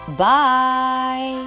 bye